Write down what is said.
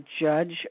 judge